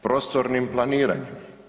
Prostornim planiranjem.